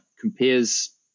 compares